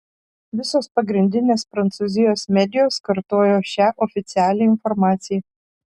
visos pagrindinės prancūzijos medijos kartojo šią oficialią informaciją